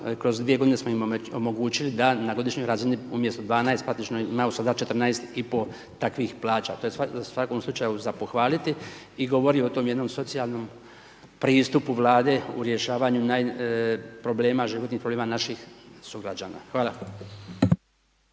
kroz 2 g. smo im omogućili da na godišnjoj razini umjesto 12, praktički sada imaju 14,5 takvih plaća. To je u svakom slučaju za pohvaliti i govori o tom jednom socijalnom pristupu vlade u rješavanju problema, životnih problema naših sugrađana. Hvala.